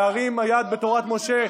להרים יד בתורת משה,